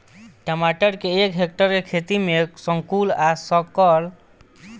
टमाटर के एक हेक्टेयर के खेती में संकुल आ संकर किश्म के केतना ग्राम के बीज के जरूरत पड़ी?